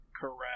correct